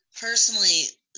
personally